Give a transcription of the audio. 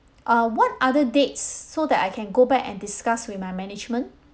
uh what other dates so that I can go back and discuss with my management